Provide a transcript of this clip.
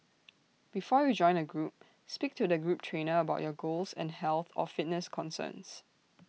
before you join A group speak to the group trainer about your goals and health or fitness concerns